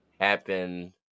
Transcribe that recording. happen